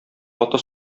каты